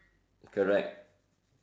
correct